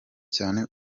cyane